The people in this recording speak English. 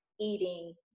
eating